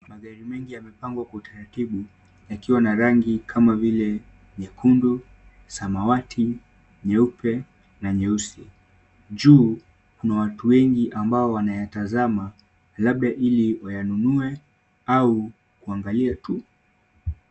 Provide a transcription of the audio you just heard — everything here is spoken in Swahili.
Magari mengi yamepangwa kwa utaratibu yakiwa na rangi kama vile nyekundu samawati nyeupe na nyeusi. Juu kuna watu wengi ambao wanayatazama labda ili wayanunue au kuangalia tu.